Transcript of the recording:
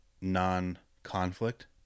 non-conflict